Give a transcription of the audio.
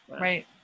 right